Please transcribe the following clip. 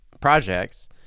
projects